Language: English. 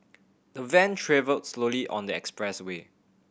the van travelled slowly on the expressway